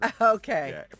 Okay